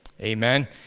Amen